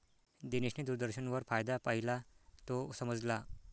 दिनेशने दूरदर्शनवर फायदा पाहिला, तो समजला